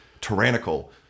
tyrannical